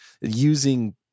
using